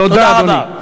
תודה רבה.